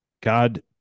God